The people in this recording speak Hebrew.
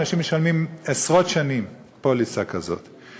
אנשים משלמים עשרות שנים על פוליסה כזאת.